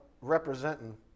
representing